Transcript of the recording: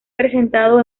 presentado